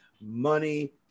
Money